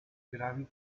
gravi